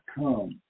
come